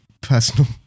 personal